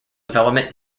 development